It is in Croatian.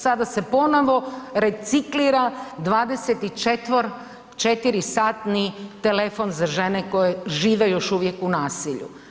Sada se ponovo reciklira 24-iri satni telefon za žene koje žive još uvijek u nasilju.